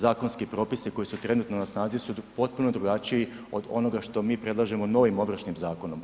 Zakonski propisi koji su trenutno na snazi su potpuno drugačiji od onoga što mi predlažemo novim Ovršnim zakonom.